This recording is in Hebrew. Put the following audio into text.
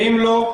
ואם לא,